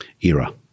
era